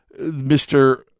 Mr